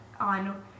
on